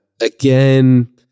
again